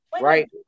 right